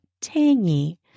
tangy